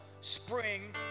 spring